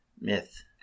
Myth